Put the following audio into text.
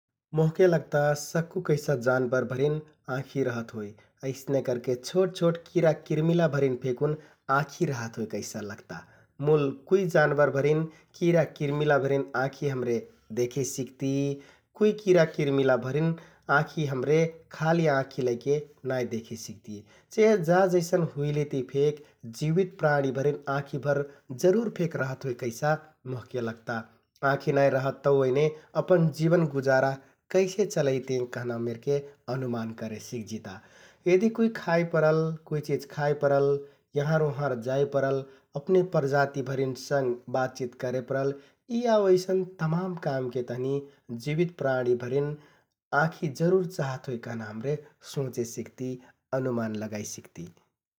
मोहके लगता सक्कु कैसा जानबर भरिन आँखि रहत होइ । अइसने करके छोट छोट किरा किरमिला भरिन फेकुन आँखि रहत होइ कैसा लगता मुल कुइ जानबर भरिन, किरा किरमिला भरिन आँखि हमरे देखे सिक्ति । कुइ किरा किरमिला भरिन आँखि हमरे खालि आँखि लैके नाइ देखे सिक्ति । चहे जा जैसन हुइलेति फेक जिबित प्राणीभर आँखि जरुर फेक रहत होइ कैसा मोहके लगता । आँखि नाइ रहत तौ ओइने अपन जिबन गुजारा कैसे चलैतें कहना मेरके अनुमान करे सिक्जिता । यदि कुइ खाइ परल, कुइ चिज खाइ परल, यहँर उहँर जाइ परल, अपने प्रजातिभरिन संघ बातचित करे परल । यि आउ अइसन तमान कामके तहनि जिबित प्राणीभरिन आँखि जरुर चाहत होइ कहना हमरे सोंचे सिक्ति, अनुमान लगाइ सिक्ति ।